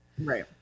Right